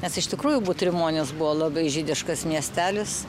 nes iš tikrųjų butrimonis buvo labai žydiškas miestelis